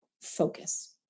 focus